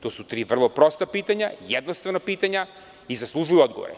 To su tri vrlo prosta pitanja, jednostavna pitanja i zaslužuju odgovore.